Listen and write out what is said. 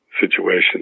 situation